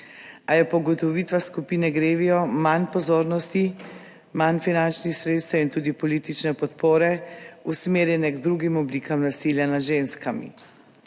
A je po ugotovitvah skupine GREVIO manj pozornosti, manj finančnih sredstev in tudi politične podpore usmerjene k drugim oblikam nasilja nad ženskami.